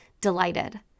delighted